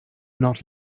not